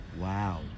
Wow